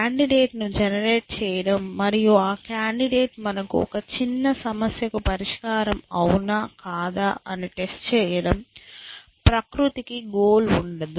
candidate ను generate చేయడం మరియు ఆ కాండిడేట్ మనకు ఒక చిన్న సమస్యకు పరిష్కారం అవునా కాదా అని టెస్ట్ చేయడం ప్రకృతికి గోల్ ఉండదు